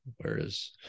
Whereas